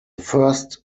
first